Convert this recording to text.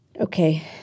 Okay